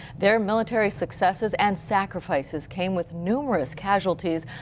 their military successes and sacrifices came with numerous casualties,